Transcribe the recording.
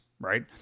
right